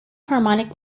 harmonic